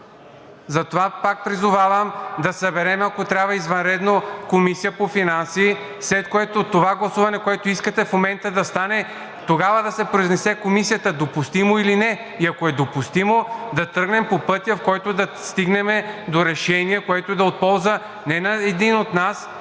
Затова пак призовавам да съберем, ако трябва, извънредно Комисията по финансите, след което – това гласуване, което искате в момента да стане, и тогава да се произнесе Комисията допустимо ли е или не. И ако е допустимо, да тръгнем по пътя, по който да стигнем до решение, което да е от полза не на един от нас